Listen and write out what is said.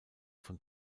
von